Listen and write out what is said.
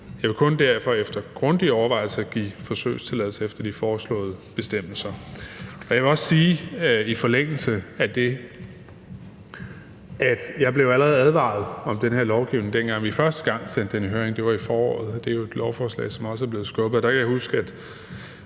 Jeg vil derfor kun efter grundige overvejelser give forsøgstilladelse efter de foreslåede bestemmelser. Jeg vil også sige i forlængelse af det, at jeg blev advaret om den her lovgivning, allerede dengang vi første gang sendte det i høring – det var i foråret, for det er jo et lovforslag, der er blevet skubbet.